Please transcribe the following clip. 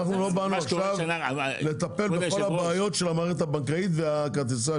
אנחנו לא באנו עכשיו לטפל בכל הבעיות של המערכת הבנקאית וכרטיסי האשראי.